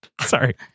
Sorry